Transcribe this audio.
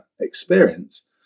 experience